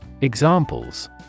Examples